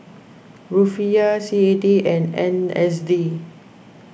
Rufiyaa C A D and N Z D